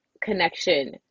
connection